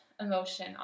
emotion